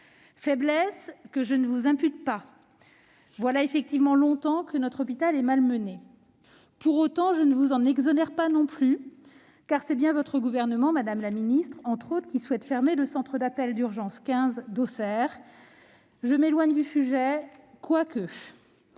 Faiblesse que je ne vous impute pas, madame la ministre : voilà longtemps que notre hôpital est malmené ... Pour autant, je ne vous en exonère pas non plus, car c'est bien votre gouvernement, madame la ministre, qui souhaite fermer le centre d'appels d'urgence 15 d'Auxerre- je m'éloigne du sujet, quoique ...